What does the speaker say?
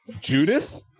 Judas